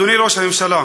אדוני ראש הממשלה,